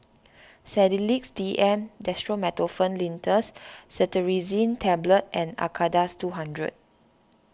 Sedilix D M Dextromethorphan Linctus Cetirizine Tablets and Acardust two hundred